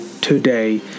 today